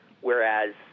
Whereas